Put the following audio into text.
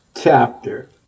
chapter